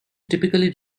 typically